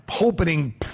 opening